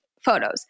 photos